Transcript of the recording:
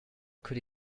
could